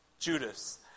Judas